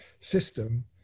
system